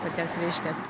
tokias reiškias